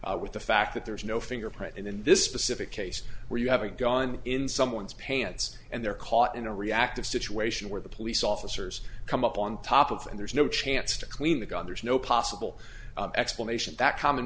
misperception with the fact that there is no fingerprint and in this specific case where you haven't gone in someone's pants and they're caught in a reactive situation where the police officers come up on top of and there's no chance to clean the gun there's no possible explanation that common